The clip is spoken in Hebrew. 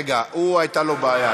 הייתה לו בעיה.